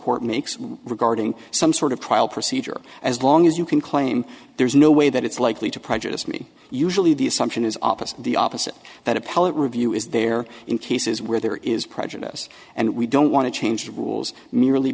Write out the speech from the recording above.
court makes regarding some sort of trial procedure as long as you can claim there's no way that it's likely to prejudice me usually the assumption is opposite the opposite that appellate review is there in cases where there is prejudice and we don't want to change rules merely